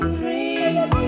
dream